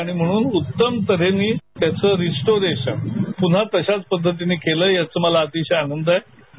आणि म्हणून उत्तम तन्हेने त्याचे रिस्टोरेशन पुन्हा तशाच पद्धतीने केलेय याचा मला आतिशय आनंद होतोय